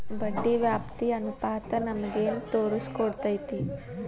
ಬಡ್ಡಿ ವ್ಯಾಪ್ತಿ ಅನುಪಾತ ನಮಗೇನ್ ತೊರಸ್ಕೊಡ್ತೇತಿ?